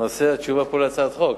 למעשה, התשובה פה על הצעת חוק.